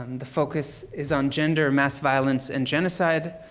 um the focus is on gender, mass violence, and genocide.